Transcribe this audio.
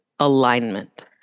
alignment